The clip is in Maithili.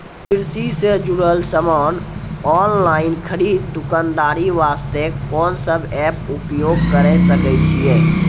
कृषि से जुड़ल समान ऑनलाइन खरीद दुकानदारी वास्ते कोंन सब एप्प उपयोग करें सकय छियै?